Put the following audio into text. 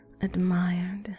admired